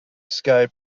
sky